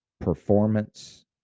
performance